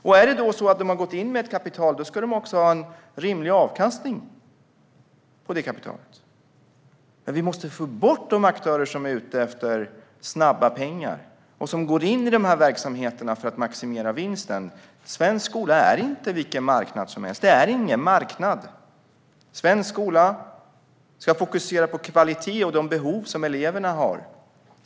Om företagarna har gått in med ett kapital ska de också ha en rimlig avkastning på detta kapital. Men vi måste få bort de aktörer som är ute efter snabba pengar och som går in i dessa verksamheter för att maximera vinsten. Svensk skola är inte vilken marknad som helst. Den är ingen marknad. Svensk skola ska fokusera på kvalitet och de behov som eleverna har.